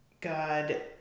God